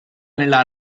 nella